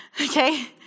okay